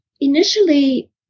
Initially